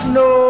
no